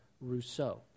Rousseau